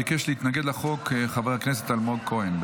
ביקש להתנגד לחוק חבר הכנסת אלמוג כהן.